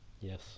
yes